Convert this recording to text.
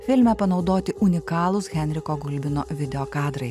filme panaudoti unikalūs henriko gulbino video kadrai